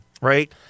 right